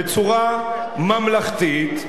בצורה ממלכתית,